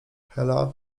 hela